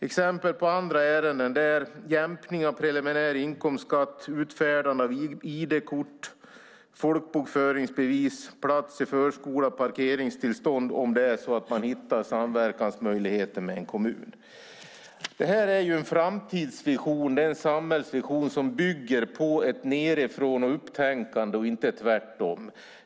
Exempel på andra ärenden är jämkning av preliminär inkomstskatt, utfärdande av ID-kort, folkbokföringsbevis, plats i förskola och parkeringstillstånd om man hittar samverkansmöjligheter med en kommun. Detta är en framtidsvision och en samhällsvision som bygger på ett nedifrån-och-upp-tänkande och inte tvärtom.